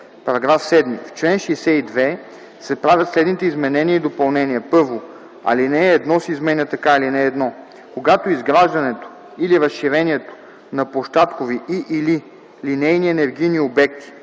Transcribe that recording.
§ 7: „§ 7. В чл. 62 се правят следните изменения и допълнения: 1. Алинея 1 се изменя така: „(1) Когато изграждането или разширението на площадкови и/или линейни енергийни обекти,